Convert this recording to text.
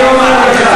אני אומר לך.